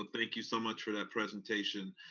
um thank you so much for that presentation.